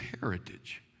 heritage